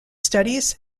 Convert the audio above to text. studies